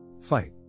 Fight